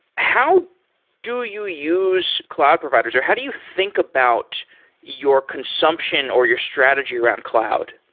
how do you use cloud providers, or how do you think about your consumption, or your strategy around cloud?